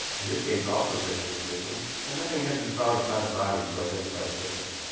in this case also the head was missing, and nothing had been found upon the body to identify the victim.